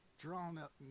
drawn-up